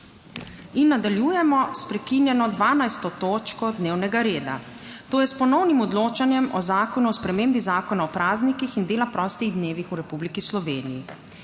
Nadaljujemo s prekinjeno 12. točko dnevnega reda, to je s ponovnim odločanjem o Zakonu o spremembi Zakona o praznikih in dela prostih dnevih v Republiki Sloveniji.